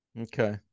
Okay